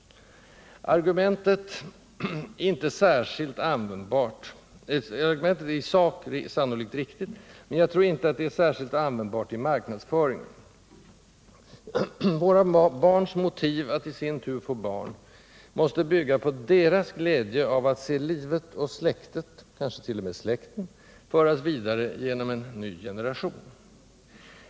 Argumentet är sannolikt i sak riktigt, men jag tror inte att det är särskilt användbart i marknadsföringen. Våra barns motiv att i sin tur få barn måste bygga på deras glädje av att se livet och släktet —kansket.o.m. släkten — föras vidare genom en ny generation.